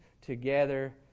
together